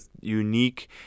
unique